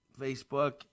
Facebook